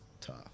Tough